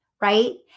right